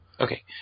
Okay